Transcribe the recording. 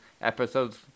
episodes